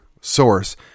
source